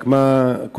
רק מה קורה,